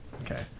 Okay